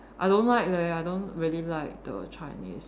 I don't leh I don't really like the Chinese